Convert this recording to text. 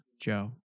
joe